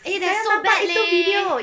eh that's so bad leh